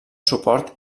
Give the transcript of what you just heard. suport